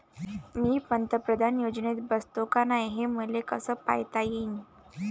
मी पंतप्रधान योजनेत बसतो का नाय, हे मले कस पायता येईन?